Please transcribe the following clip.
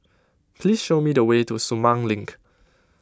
please show me the way to Sumang Link